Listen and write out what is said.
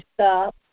stop